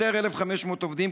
"לפטר 1,500 עובדים,